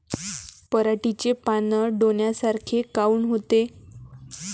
पराटीचे पानं डोन्यासारखे काऊन होते?